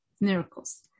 Miracles